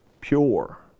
pure